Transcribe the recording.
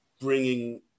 bringing